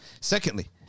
Secondly